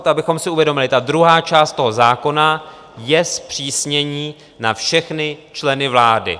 To abychom si uvědomili, že ta druhá část toho zákona je zpřísnění na všechny členy vlády.